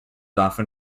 often